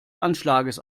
anschlags